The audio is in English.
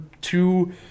two